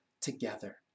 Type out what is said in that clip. together